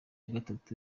gatatu